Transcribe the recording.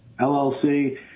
LLC